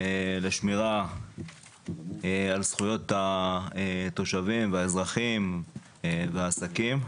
לשמירה על זכויות התושבים והאזרחים והעסקים.